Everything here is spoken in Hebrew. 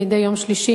מדי יום שלישי